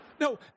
No